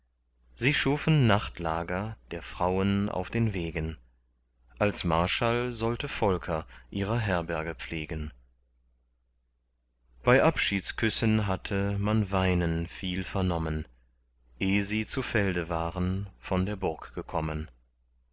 sie schufen nachtlager der frauen auf den wegen als marschall sollte volker ihrer herberge pflegen bei abschiedsküssen hatte man weinen viel vernommen eh sie zu felde waren von der burg gekommen